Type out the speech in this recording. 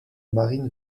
marine